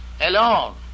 alone